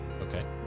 Okay